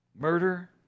Murder